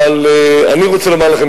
אבל אני רוצה לומר לכם,